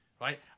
right